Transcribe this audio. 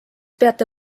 peate